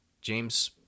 James